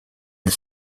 the